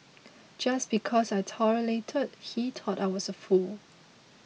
just because I tolerated he thought I was a fool